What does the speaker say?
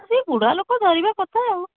ସେ ବୁଢ଼ା ଲୋକ ଧରିବା କଥା ଆଉ